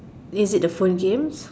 is it the four games